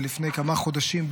ולפני כמה חודשים,